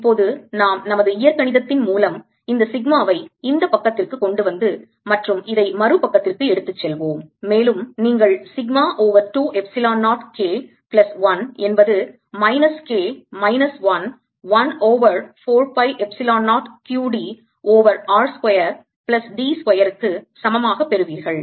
இப்போது நாம் நமது இயற்கணிதத்தின் மூலம் இந்த சிக்மாவை இந்தப் பக்கத்திற்குக் கொண்டு வந்து மற்றும் இதை மறுபக்கத்திற்கு எடுத்துச் செல்வோம் மேலும் நீங்கள் sigma over 2 epsilon 0 K plus 1 என்பது minus K minus 1 1 over 4 pi epsilon 0 q d over r square plus d ஸ்கொயருக்கு சமமாக பெறுவீர்கள்